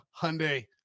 Hyundai